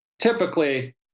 typically